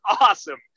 awesome